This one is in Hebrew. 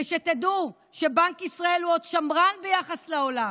ושתדעו שבנק ישראל הוא עוד שמרן ביחס לעולם.